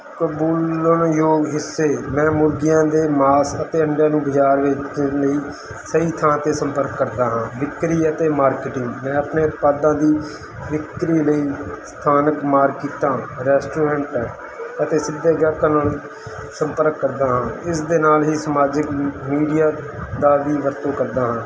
ਕਬੂਲਣ ਯੋਗ ਹਿੱਸੇ ਮੈਂ ਮੁਰਗੀਆਂ ਦੇ ਮਾਸ ਅਤੇ ਅੰਡਿਆਂ ਨੂੰ ਬਜ਼ਾਰ ਵੇਚਣ ਲਈ ਸਹੀ ਥਾਂ 'ਤੇ ਸੰਪਰਕ ਕਰਦਾ ਹਾਂ ਵਿਕਰੀ ਅਤੇ ਮਾਰਕੀਟਿੰਗ ਮੈਂ ਆਪਣੇ ਉਤਪਦਾਂ ਦੀ ਵਿਕਰੀ ਲਈ ਸਥਾਨਕ ਮਾਰਕੀਟਾਂ ਰੈਸਟੋਰੈਂਟ ਅਤੇ ਸਿੱਧੇ ਜਾਂ ਘਰਾਂ ਸੰਪਰਕ ਕਰਦਾ ਹਾਂ ਇਸ ਦੇ ਨਾਲ ਹੀ ਸਮਾਜਿਕ ਮੀ ਮੀਡੀਆ ਦੀ ਵੀ ਵਰਤੋਂ ਕਰਦਾ ਹਾਂ